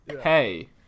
hey